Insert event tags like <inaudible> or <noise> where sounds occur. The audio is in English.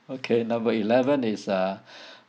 okay number eleven is uh <breath>